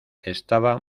estaba